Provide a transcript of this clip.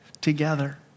together